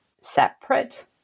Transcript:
separate